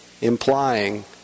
implying